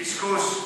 קשקוש.